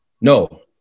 No